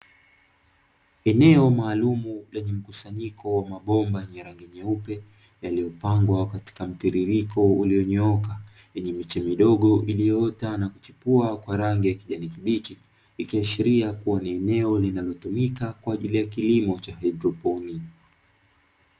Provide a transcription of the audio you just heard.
Eneo maalumu lenye mkusanyiko wa mabomba yenye rangi nyeupe yaliyopangwa katika mtiririko uliyonyooka yenye miche midogo iliyoota na kuchipua kwa rangi ya kijani kibichi, ikiashiria kuwa ni eneo linalotumika kwa ajili ya kilimo cha haidroponi.